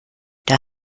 der